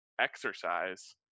exercise